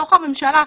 בתוך הממשלה,